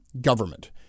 Government